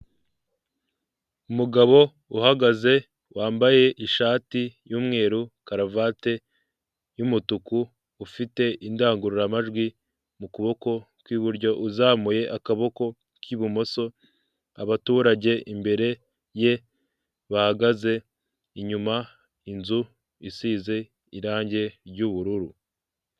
Umugabo uhagaze wambaye ishati y'umweru karuvati y'umutuku ufite indangururamajwi mu kuboko kw'iburyo uzamuye akaboko k'ibumoso, abaturage imbere ye bahagaze inyuma inzu isize irangi ry'ubururu.